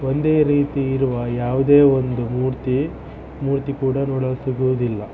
ಒಂದೇ ರೀತಿ ಇರುವ ಯಾವುದೇ ಒಂದು ಮೂರ್ತಿ ಮೂರ್ತಿ ಕೂಡ ನೋಡಲು ಸಿಗುವುದಿಲ್ಲ